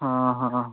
ହଁ ହଁ ହଁ